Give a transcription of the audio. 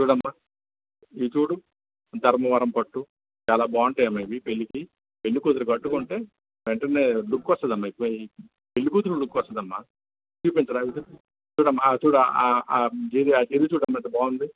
చూడు అమ్మా ఇవి చూడు ధర్మవరం పట్టు చాలా బాగుంటాయి అమ్మా ఇవి పెళ్ళికి పెళ్లికూతురు కట్టుకుంటే వెంటనే లుక్ వస్తుంది అమ్మా పెళ్లికూతురు లుక్ వస్తుంది అమ్మా చూపించురా అవి చూపిం చూడు అమ్మా చూడు ఆ ఆ జరీ చూడు అమ్మా ఎంత బాగుంది